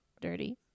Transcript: dirty